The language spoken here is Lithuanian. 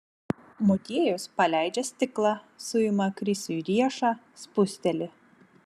motiejus paleidžia stiklą suima krisiui riešą spusteli